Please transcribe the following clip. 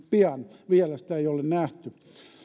pian vielä sitä ei ole nähty